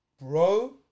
Bro